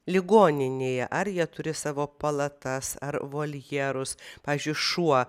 ligoninėje ar jie turi savo palatas ar voljerus pavyzdžiui šuo